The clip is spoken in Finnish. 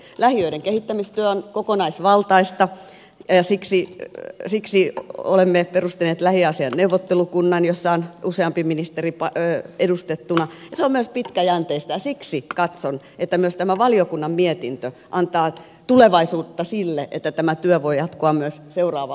lähiöiden kehittämistyö on kokonaisvaltaista ja siksi olemme perustaneet lähiöasiain neuvottelukunnan johon kuuluu useampi ministeri ja se on myös pitkäjänteistä ja siksi katson että myös tämä valiokunnan mietintö antaa tulevaisuutta sille että tämä työ voi jatkua myös seuraavalla hallituskaudella